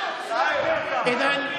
מהאופוזיציה זה לא ייעשה, אנחנו נעשה את זה.